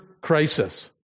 crisis